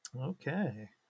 Okay